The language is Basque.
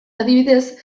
adibidez